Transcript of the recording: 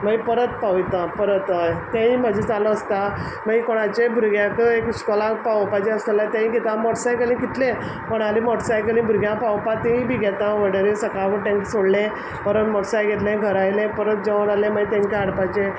माई परत पावयता परत अय तेंय म्हाजें चालू आसता मागी काणाचे भुरग्याक एक स्कोला पावोपाचें आस जाल्या तेंय घेता मॉटसायकली कितले कोणाली मॉटसायकली भुरग्या पावोपा तेय बी घेता ऑडरी सकाळ फूड टेंक सोडले परत मॉटरसायकल घेतलें घरा येयलें परत जेवोण आल्हें माय तेंकां हाडपाचें